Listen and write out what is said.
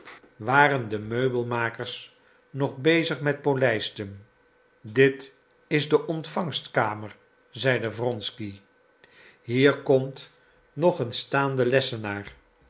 waren de meubelmakers nog bezig met polijsten dit is de ontvangkamer zeide wronsky hier komt nog een staande lessenaar